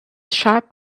sharp